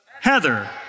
Heather